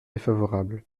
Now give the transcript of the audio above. défavorable